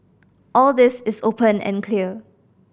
all this is open and clear